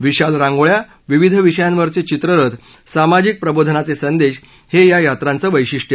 विशाल रांगोळ्या विविध विषयांवरचे चित्ररथ सामाजिक प्रबोधनाचे संदेश हे या यात्रांचं वैशिष्ट्य